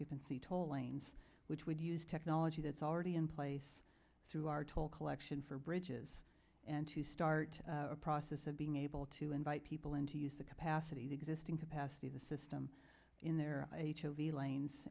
occupancy toll lanes which would use technology that's already in place through our toll collection for bridges and to start a process of being able to invite people in to use the capacity to existing capacity the system in their h l v lanes